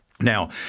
Now